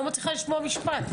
אני לא מצליחה לשמוע משפט.